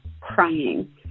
crying